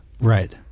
Right